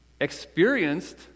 experienced